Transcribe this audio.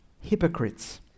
hypocrites